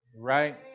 right